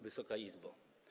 Wysoka Izbo!